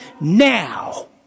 now